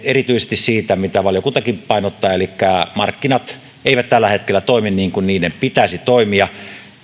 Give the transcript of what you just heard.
erityisesti siitä mitä valiokuntakin painottaa elikkä markkinat eivät tällä hetkellä toimi niin kuin niiden pitäisi toimia